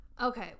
Okay